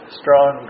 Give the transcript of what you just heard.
strong